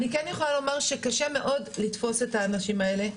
אני כן יכולה לומר שקשה מאוד לתפוס את האנשים האלה.